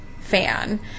fan